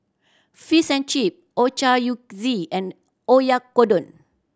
Fish and Chip Ochazuke and Oyakodon